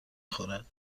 خورد